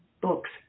books